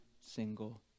single